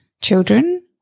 children